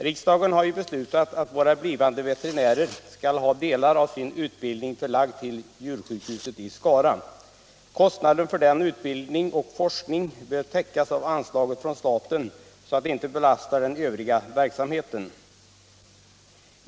Riksdagen har ju beslutat att våra blivande veterinärer skall ha delar av sin utbildning förlagda till djursjukhuset i Skara. Kostnaderna för denna utbildning och forskning bör täckas av anslaget från staten, så att den inte belastar den övriga verksamheten.